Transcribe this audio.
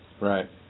Right